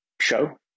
show